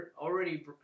already